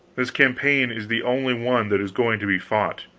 this campaign is the only one that is going to be fought.